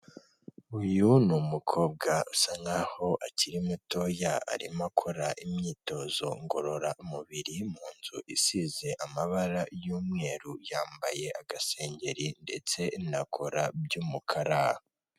Uyu ni umukobwa usa nkaho akiri mutoya arimo akora imyitozo ngororamubiri mu nzu isize amabara y'umweru, yambaye agasengeri ndetse na kora by'umukara.